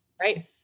right